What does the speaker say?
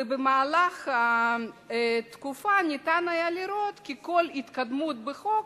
ובמהלך התקופה היה אפשר לראות שכל התקדמות בחוק